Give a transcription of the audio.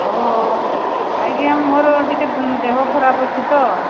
ଓ ଆଜ୍ଞା ମୋର ଟିକେ ଦେହ ଖରାପ ଅଛି ତ